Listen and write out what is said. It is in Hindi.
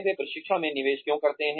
वे प्रशिक्षण में निवेश क्यों करते हैं